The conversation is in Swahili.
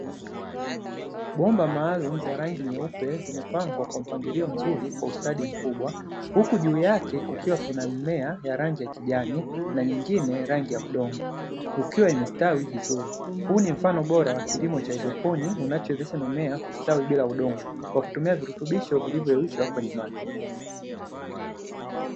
Bomba maalumu za rangi nyeupe zimepangwa kwa mpangilio mzuri kwa ustadi mkubwa, huku juu yake kukiwa mimea ya rangi ya kijani na mingine ya rangi ya udongo ikiwa imestawi vizuri. Huu ni mfano bora wa kilimo cha haidroponi kinachowezesha mimea kustawi bila udongo, kwa kutumia virutubisho vilivyoyeyushwa kwenye maji.